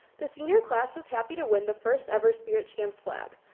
the senior class was happy to win the first ever spiritum slack.